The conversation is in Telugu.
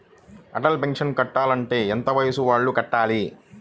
అటల్ పెన్షన్ కట్టాలి అంటే ఎంత వయసు వాళ్ళు కట్టాలి?